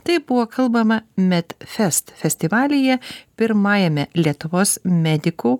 taip buvo kalbama medfest festivalyje pirmajame lietuvos medikų